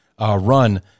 run